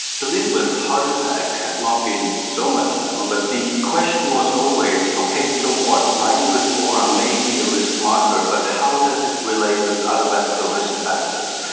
the link with heart attack has not been so much known, but the question was always, okay, so what, migraine with aura may be a risk marker but how does it relate with other vascular risk factors.